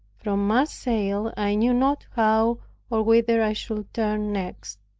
from marseilles i knew not how or whither i should turn next.